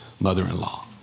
mother-in-law